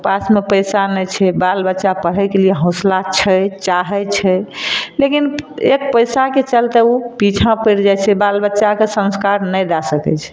पासमे पैसा नहि छै बाल बच्चाके पढ़यके लिए हौसला छै चाहैत छै लेकिन एक पैसाके चलते ओ पीछाँ पड़ि जाइत छै बाल बच्चाके संस्कार नहि दै सकैत छै